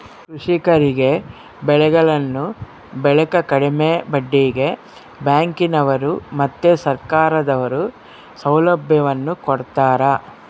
ಕೃಷಿಕರಿಗೆ ಬೆಳೆಗಳನ್ನು ಬೆಳೆಕ ಕಡಿಮೆ ಬಡ್ಡಿಗೆ ಬ್ಯಾಂಕಿನವರು ಮತ್ತೆ ಸರ್ಕಾರದವರು ಸೌಲಭ್ಯವನ್ನು ಕೊಡ್ತಾರ